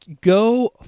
go